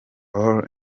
all